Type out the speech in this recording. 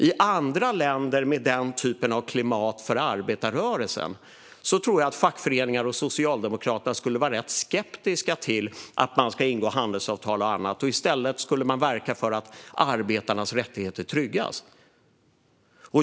I andra länder med den typen av klimat för arbetarrörelsen tror jag att fackföreningar och Socialdemokraterna skulle vara rätt skeptiska till att ingå handelsavtal och annat. I stället skulle man verka för att arbetarnas rättigheter tryggas.